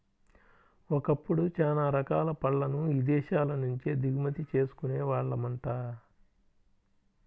ఒకప్పుడు చానా రకాల పళ్ళను ఇదేశాల నుంచే దిగుమతి చేసుకునే వాళ్ళమంట